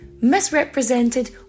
misrepresented